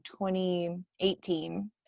2018